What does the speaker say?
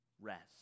rest